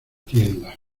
tienda